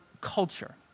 culture